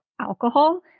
alcohol